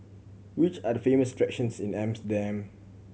which are the famous attractions in Amsterdam